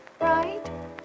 Right